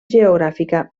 geogràfica